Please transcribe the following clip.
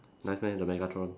nice meh the Megatron